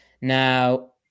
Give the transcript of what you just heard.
Now